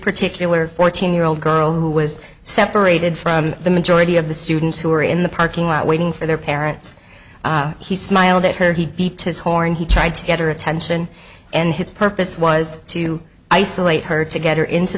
particular fourteen year old girl who was separated from the majority of the students who were in the parking lot waiting for their parents he smiled at her he beat his horn he tried to get her attention and his purpose was to isolate her to get her into